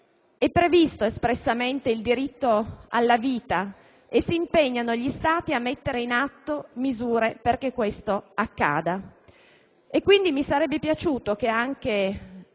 è previsto espressamente il diritto alla vita e si impegnano gli Stati a mettere in atto misure perché questo accada. Mi sarebbe piaciuto che anche